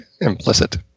implicit